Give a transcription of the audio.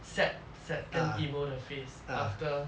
sad sad 跟 emo 的 phase after